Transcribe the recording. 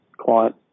client